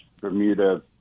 Bermuda